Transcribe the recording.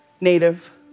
Native